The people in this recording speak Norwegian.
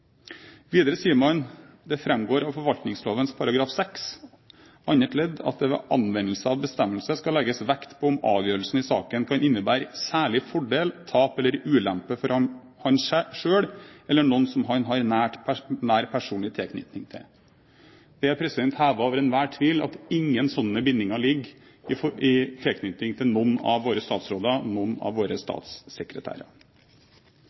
Videre sier man: Det fremgår av forvaltningslovens § 6 annet ledd at det ved anvendelse av bestemmelse skal legges vekt på om avgjørelsen i saken kan innebære «særlig fordel, tap eller ulempe for ham selv eller noen som han har nær personlig tilknytning til». Det er hevet over enhver tvil at det ikke ligger noen slike bindinger i tilknytning til noen av våre statsråder eller noen av våre